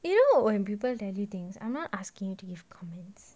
you know when people tell you things I'm not asking you to give comments